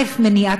א.